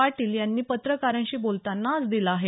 पाटील यांनी पत्रकारांशी बोलताना आज दिला आहे